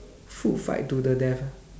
food fight to the death ah